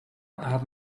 had